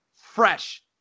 fresh